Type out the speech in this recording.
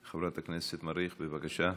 חברת הכנסת מריח, בבקשה,